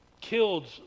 killed